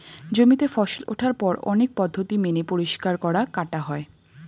জমিতে ফসল ওঠার পর অনেক পদ্ধতি মেনে পরিষ্কার করা, কাটা হয়